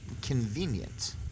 Convenient